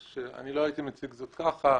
לא, אני לא הייתי מציג זאת כך.